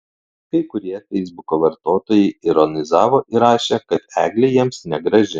kai kurie feisbuko vartotojai ironizavo ir rašė kad eglė jiems negraži